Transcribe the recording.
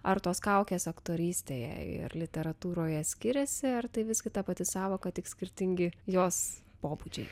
ar tos kaukės aktorystėje ir literatūroje skiriasi ar tai visgi ta pati sąvoka tik skirtingi jos pobūdžiai